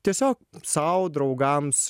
tiesiog sau draugams